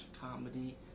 comedy